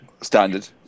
Standard